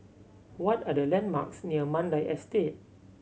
what are the landmarks near Mandai Estate